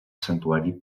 santuari